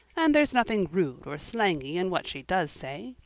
and there's nothing rude or slangy in what she does say.